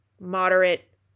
moderate